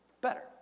better